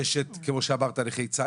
יש כמו שאמרת את נכי צה"ל,